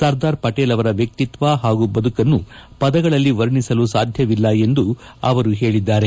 ಸರ್ದಾರ್ ಪಟೇಲ್ ಅವರ ವ್ಯಕ್ತಿತ್ವ ಹಾಗೂ ಬದುಕನ್ನು ಪದಗಳಲ್ಲಿ ವರ್ಣಿಸಲು ಸಾಧ್ಯವಿಲ್ಲ ಎಂದು ಅವರು ಹೇಳಿದ್ದಾರೆ